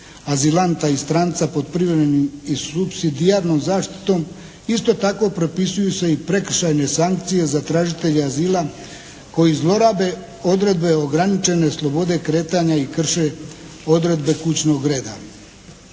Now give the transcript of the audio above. azilanta i stranca pod privremenim i supsidijarnom zaštitom. Isto tako propisuju i prekršajne sankcije za tražitelje azila koji zlorabe odredbe ograničene slobode kretanja i krše odredbe kućnog reda.